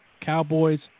Cowboys